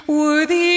worthy